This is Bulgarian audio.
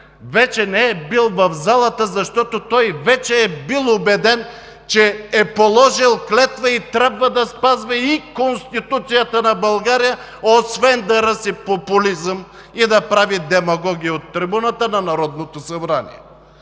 вече не е бил в залата, защото той вече е бил убеден, че е положил клетва и трябва да спазва и Конституцията на България, освен да ръси популизъм и да прави демагогия от трибуната на Народното събрание.